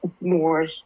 more